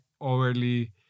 overly